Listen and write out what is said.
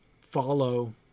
follow